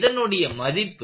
இதனுடைய மதிப்பு